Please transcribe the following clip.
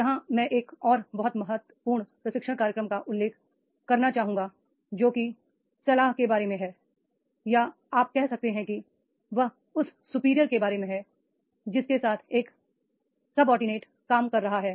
यहां मैं एक और बहुत महत्वपूर्ण प्रशिक्षण कार्यक्रम का उल्लेख करना चाहूंगा जो कि सलाह के बारे में है या आप कह सकते हैं कि वह उस सुपीरियर के बारे में है जिसके साथ एक सबोर्डिनेट काम कर रहा है